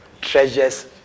treasures